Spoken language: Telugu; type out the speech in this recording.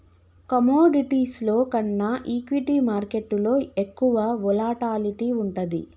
కమోడిటీస్లో కన్నా ఈక్విటీ మార్కెట్టులో ఎక్కువ వోలటాలిటీ వుంటది